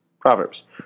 Proverbs